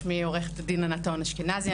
שמי עו"ד ענת טהון אשכנזי,